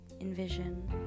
envision